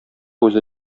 үзе